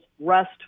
rest